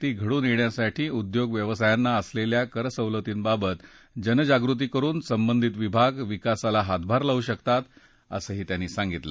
ती घडून येण्यासाठी उद्योग व्यवसायांना असलेल्या करसवलतींबाबत जनजागृती करुन संबंधित विभाग विकासाला हातभार लावू शकतात असंही त्यांनी सांगितलं